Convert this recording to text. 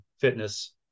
fitness